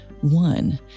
One